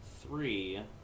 three